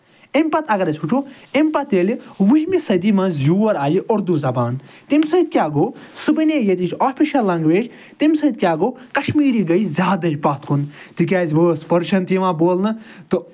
اَمہِ پَتہٕ اَگر أسۍ وٕچھو اَمہِ پَتہٕ ییٚلہِ وُہِمہِ صدی منٛز یور آیہِ اُردو زَبان تَمہِ سۭتۍ کیاہ گوٚو سُہ بَنے ییٚتِچ آفِشَل لنٛگوٮ۪ج تہٕ تَمہِ سۭتۍ کیاہ گوٚو کَشمیٖری گٔے زیادَے پَتھ کُن تِکیازِ وۄنۍ ٲس پٔرشَن تہِ یِوان بولنہٕ تہٕ